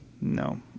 No